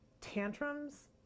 Tantrums